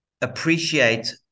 appreciate